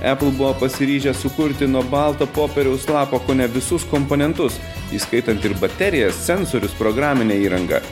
apple buvo pasiryžęs sukurti nuo balto popieriaus lapo kone visus komponentus įskaitant ir baterijas cenzorius programinę įrangą